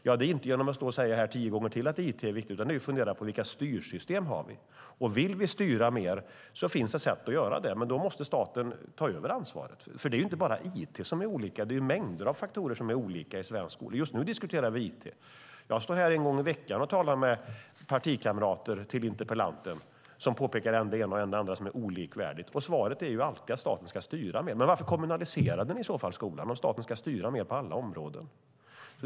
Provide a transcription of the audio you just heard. Det gör vi inte genom att tio gånger till stå här och säga att det är viktigt med it utan genom att fundera på vilka styrsystem som vi har. Vill vi styra mer finns det sätt att göra det. Men då måste staten ta över ansvaret. Det är inte bara i fråga om it som det är olika. Det är mängder av faktorer som är olika i svensk skola. Just nu diskuterar vi it. Jag står här en gång i veckan och talar med partikamrater till interpellanten som påpekar än det ena och än det andra som är olikvärdigt. Deras svar är alltid att staten ska styra mer. Men varför kommunaliserade ni i så fall skolan om staten ska styra mer på alla områden?